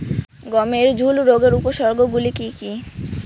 গমের ঝুল রোগের উপসর্গগুলি কী কী?